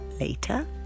later